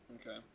okay